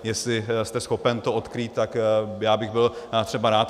Jestli jste schopen to odkrýt, tak já bych byl třeba rád.